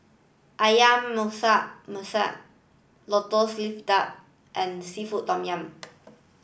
Ayam Masak Masak Merah Lotus Leaf duck and Seafood Tom Yum